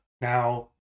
now